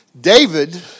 David